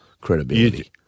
credibility